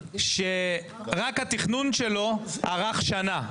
שרק התכנון שלו ארך שנה,